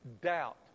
doubt